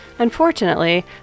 Unfortunately